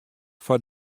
foar